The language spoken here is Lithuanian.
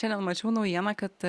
šiandien mačiau naujieną kad